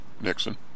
Nixon